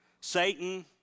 Satan